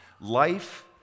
life